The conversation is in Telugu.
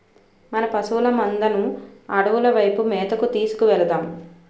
మన పశువుల మందను అడవుల వైపు మేతకు తీసుకు వెలదాం